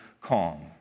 calm